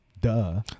Duh